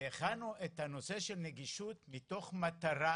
והכנו את הנושא של נגישות מתוך מטרה